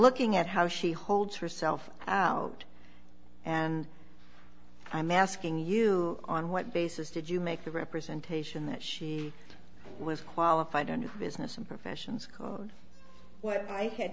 looking at how she holds herself out and i'm asking you on what basis did you make the representation that she was qualified under business and professions code what i had